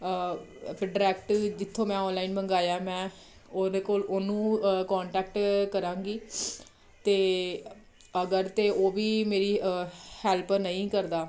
ਫਿਰ ਡਰੈਕਟ ਜਿੱਥੋਂ ਮੈਂ ਆਨਲਾਈਨ ਮੰਗਾਇਆ ਮੈਂ ਉਹਦੇ ਕੋਲ ਉਹਨੂੰ ਕੋਂਟੈਕਟ ਕਰਾਂਗੀ ਅਤੇ ਅਗਰ ਅਤੇ ਉਹ ਵੀ ਮੇਰੀ ਹੈਲਪ ਨਹੀਂ ਕਰਦਾ